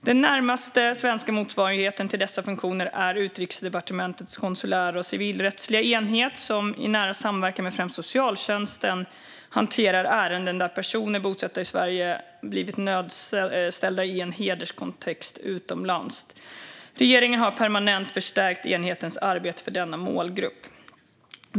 Den närmaste svenska motsvarigheten till dessa funktioner är Utrikesdepartementets konsulära och civilrättsliga enhet som, i nära samverkan med främst socialtjänsten, hanterar ärenden där personer bosatta i Sverige blivit nödställda i en hederskontext utomlands. Regeringen har permanent förstärkt enhetens arbete för denna målgrupp.